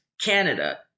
Canada